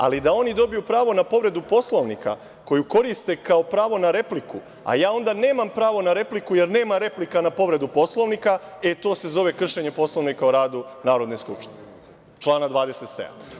Ali, da oni dobiju pravo na povredu Poslovnika koju koriste kao pravo na repliku, a ja onda nemam pravo na repliku, jer nema replika na povredu Poslovnika, e, to se zove kršenje Poslovnika o radu Narodne skupštine, člana 27.